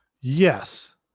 Yes